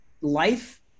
life